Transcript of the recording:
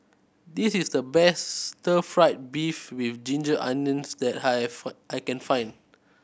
this is the best Stir Fry beef with ginger onions that I have I can find